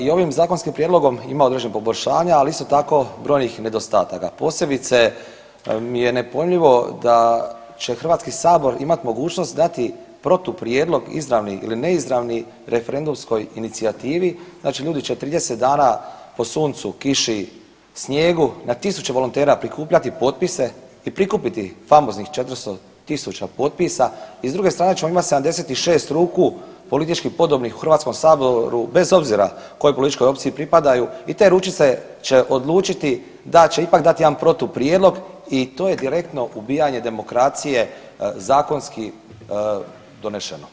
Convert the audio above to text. I ovim zakonskim prijedlogom ima određenih poboljšanja, ali isto tako brojnih nedostataka, posebice mi je nepojmljivo da će HS imati mogućnost dati protuprijedlog izravni ili neizravni referendumskoj inicijativi znači ljudi će 30 dana po suncu, kiši, snijegu na tisuće volontera prikupljati potpise i prikupiti famoznih 400.000 potpisa i s druge strane ćemo imati 76 ruku političkih podobnih u HS-u bez obzira kojoj političkoj opciji pripadaju i te ručice će odlučiti da će ipak dati jedan protuprijedlog i to je direktno ubijanje demokracije zakonski donešeno.